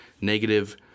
negative